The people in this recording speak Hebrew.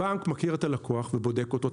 הבנק מכיר את הלקוח ובודק אותו.